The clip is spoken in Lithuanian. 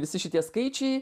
visi šitie skaičiai